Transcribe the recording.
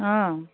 অঁ